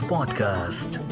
Podcast